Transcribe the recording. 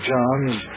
John's